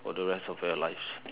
for the rest of your lives